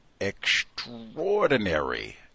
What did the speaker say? extraordinary